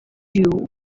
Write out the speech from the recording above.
you